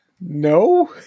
No